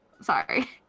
sorry